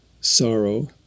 sorrow